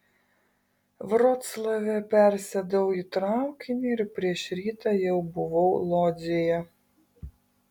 vroclave persėdau į traukinį ir prieš rytą jau buvau lodzėje